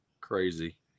crazy